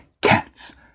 Cats